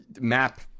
map –